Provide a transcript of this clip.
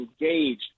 engaged